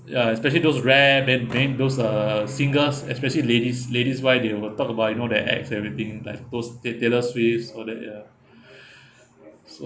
ya especially those rare band names those uh singers especially ladies ladies wise they will talk about you know the ex everything like those tay~ taylor swifts all that ya so